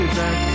back